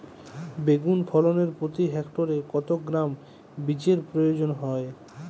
বেগুন ফলনে প্রতি হেক্টরে কত গ্রাম বীজের প্রয়োজন হয়?